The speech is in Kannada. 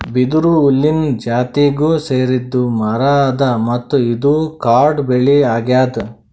ಬಿದಿರು ಹುಲ್ಲಿನ್ ಜಾತಿಗ್ ಸೇರಿದ್ ಮರಾ ಅದಾ ಮತ್ತ್ ಇದು ಕಾಡ್ ಬೆಳಿ ಅಗ್ಯಾದ್